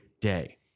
day